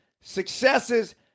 successes